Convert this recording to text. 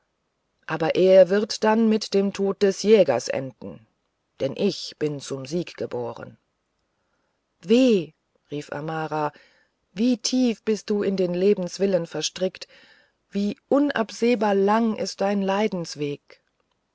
aber er wird dann mit dem tod des jägers enden denn ich bin zum sieg geboren weh rief amara wie tief bist du in den lebenswillen verstrickt wie unabsehbar lang ist dein leidensweg